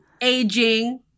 aging